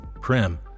Prim